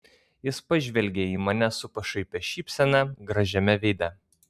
jis pažvelgė į mane su pašaipia šypsena gražiame veide